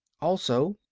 also,